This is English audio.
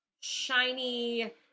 shiny